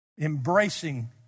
embracing